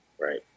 Right